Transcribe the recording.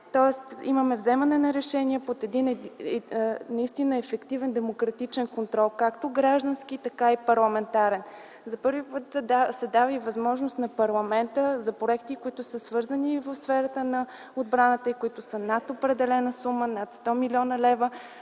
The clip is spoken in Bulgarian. тоест има вземане на решения по един ефективен демократичен контрол както граждански, така и парламентарен. За първи път се дава и възможност на парламента за проекти, които са свързани със сферата на отбраната и са над определена сума – над 100 млн. лв.,